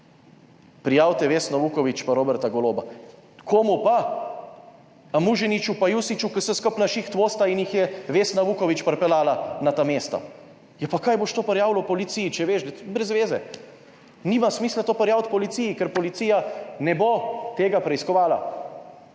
Prijavite Vesno Vuković, pa Roberta Goloba - Komu pa? – a Muženiču pa Jusiću, ki se skupaj na šiht vozita in jih je Vesna Vuković pripeljala na ta mesta. Ja, pa kaj, boš to prijavil policiji, če veš, da brez veze. Nima smisla to prijaviti policiji, ker policija ne bo tega preiskovala.